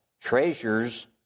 treasures